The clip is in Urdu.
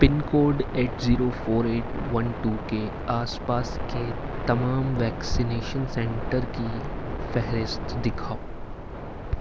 پن code eight zero four eight one two کے آس پاس کے تمام ویکسینیشن سنٹر کی فہرست دکھاؤ